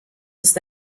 ist